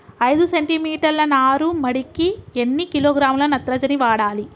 ఐదు సెంటిమీటర్ల నారుమడికి ఎన్ని కిలోగ్రాముల నత్రజని వాడాలి?